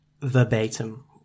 verbatim